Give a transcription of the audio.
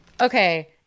Okay